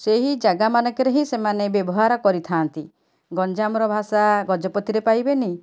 ସେହି ଜାଗାମାନଙ୍କରେ ହିଁ ସେମାନେ ବ୍ୟବହାର କରିଥାନ୍ତି ଗଞ୍ଜାମର ଭାଷା ଗଜପତିରେ ପାଇବେନି